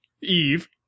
Eve